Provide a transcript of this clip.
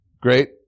Great